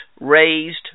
raised